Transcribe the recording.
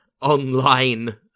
online